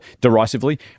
derisively